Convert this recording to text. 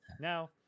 Now